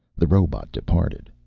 the robot departed.